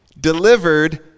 Delivered